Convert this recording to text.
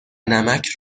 نمک